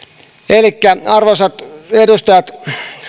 arvoisat edustajat